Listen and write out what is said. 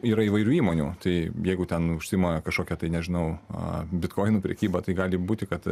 yra įvairių įmonių tai ten jeigu ten užsiima kažkokia tai nežinau bitkoinų prekyba tai gali būti kad